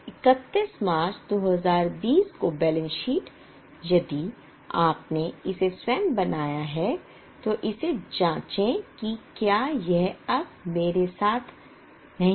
तो 31 मार्च 2020 को balance sheet यदि आपने इसे स्वयं बनाया है तो इसे जांचें कि क्या यह अब मेरे साथ नहीं है